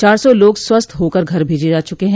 चार सौ लोग स्वस्थ्य होकर घर भेज जा चुके हैं